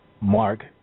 Mark